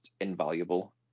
invaluable